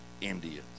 Indians